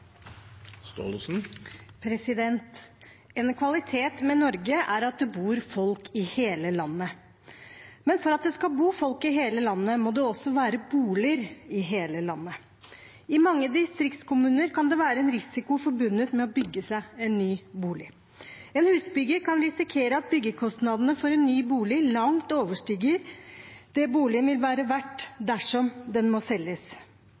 at det bor folk i hele landet. Men for at det skal bo folk i hele landet, må det også være boliger i hele landet. I mange distriktskommuner kan det være en risiko forbundet med å bygge seg en ny bolig. En husbygger kan risikere at byggekostnadene for en ny bolig langt overstiger det boligen vil være verd dersom den må selges.